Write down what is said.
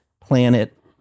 planet